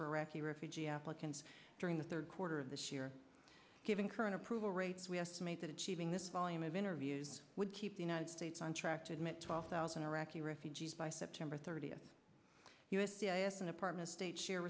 for iraqi refugee applicants during the third quarter of this year given current approval rates we estimate that achieving this volume of interviews would keep the united states on track to admit twelve thousand iraqi refugees by september thirtieth u s d a s an apartment state share